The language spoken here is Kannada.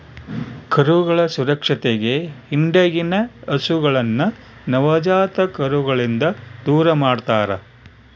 ಕರುಗಳ ಸುರಕ್ಷತೆಗೆ ಹಿಂಡಿನಗಿನ ಹಸುಗಳನ್ನ ನವಜಾತ ಕರುಗಳಿಂದ ದೂರಮಾಡ್ತರಾ